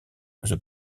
the